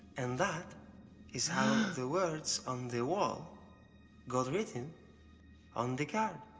and that is how the words on the wall got written on the card.